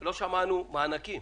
לא שמענו מענקים.